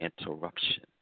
interruption